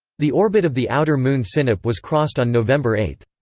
the orbit of the outer moon sinope was crossed on november eight.